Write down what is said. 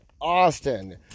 Austin